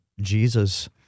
Jesus